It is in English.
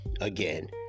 again